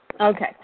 Okay